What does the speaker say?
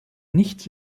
nichts